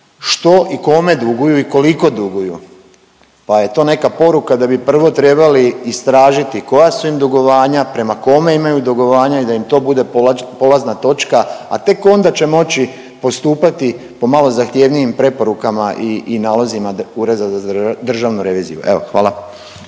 što i kome duguju i koliko duguju. Pa je to neka poruka da bi prvo trebali istražiti koja su im dugovanja, prema kome imaju dugovanja i da im to bude polazna točka, a tek onda će moći postupati po malo zahtjevnijim preporukama i, i nalazima Ureda za državnu reviziju. Evo, hvala.